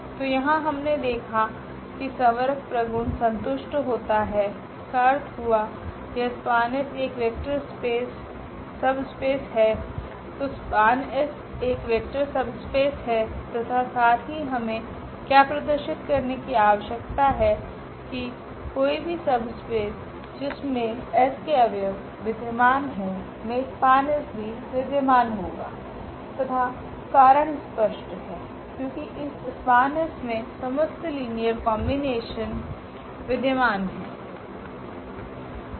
तो यहाँ हमने देखा कि संवरक प्रगुण संतुष्ट होता हैं इसका अर्थ हुआ यह SPAN एक वेक्टर सबस्पेस है तो SPAN एक वेक्टर सबस्पेस हैं तथा साथ ही हमे क्या प्रदर्शित करने कि आवश्यकता है कि कोई भी सबस्पेस जिसमे S के अव्यव विध्यमान हो में SPAN भी विध्यमान होगा तथा कारण स्पष्ट है क्योकि इस SPAN मे समस्त लीनियर कॉम्बिनेशन विध्यमान हैं